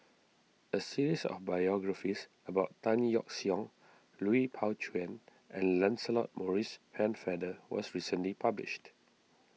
a series of biographies about Tan Yeok Seong Lui Pao Chuen and Lancelot Maurice Pennefather was recently published